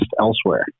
elsewhere